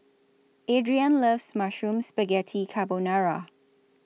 Adriene loves Mushroom Spaghetti Carbonara